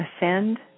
ascend